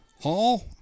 Hall